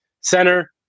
Center